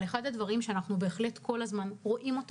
אחד הדברים שאנחנו רואים כל הזמן,